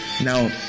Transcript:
Now